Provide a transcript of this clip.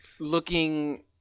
looking